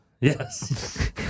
Yes